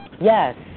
Yes